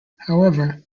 however